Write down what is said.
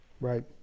Right